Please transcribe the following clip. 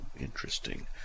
interesting